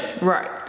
Right